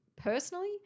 personally